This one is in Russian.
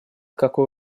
какой